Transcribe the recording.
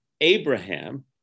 Abraham